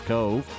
Cove